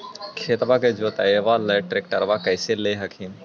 खेतबा के जोतयबा ले ट्रैक्टरबा कैसे ले हखिन?